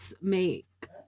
make